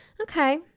Okay